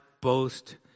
boast